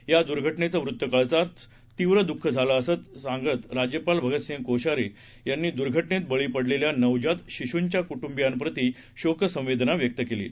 या दुर्घटनेचं वृत्त कळताच तीव्र दुःख झालं असं सांगत राज्यपाल भगतसिंह कोश्यारी यांनी दुर्घटनेत बळी पडलेल्या नवजात शिशुंच्या कुटुंबीयांप्रति शोकसंवेदना व्यक्त केली आहे